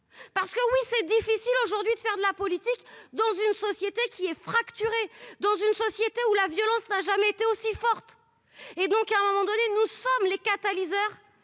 parce que oui c'est difficile aujourd'hui de faire de la politique dans une société qui est fracturé dans une société où la violence n'a jamais été aussi forte et donc à un moment donné, nous sommes les catalyseurs